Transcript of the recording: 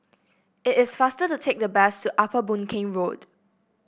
it is faster to take the bus to Upper Boon Keng Road